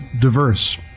diverse